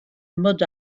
mud